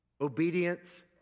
obedience